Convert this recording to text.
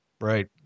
Right